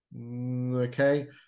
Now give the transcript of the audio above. okay